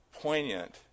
poignant